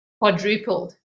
quadrupled